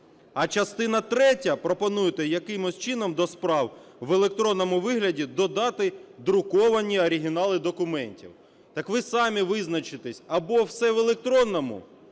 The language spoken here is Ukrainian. а частина третя пропонуєте якимось чином до справ в електронному вигляді додати друковані оригінали документів. Так ви самі визначитесь або все в електронному,